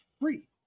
free